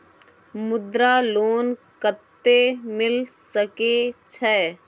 मुद्रा लोन कत्ते मिल सके छै?